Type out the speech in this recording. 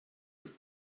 route